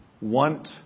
want